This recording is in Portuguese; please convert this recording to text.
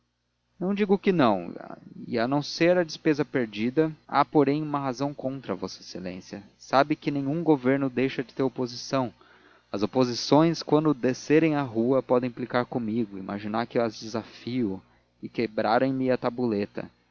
não digo que não e a não ser a despesa perdida há porém uma razão contra v exa sabe que nenhum governo deixa de ter oposição as oposições quando descerem à rua podem implicar comigo imaginar que as desafio e quebrarem me a tabuleta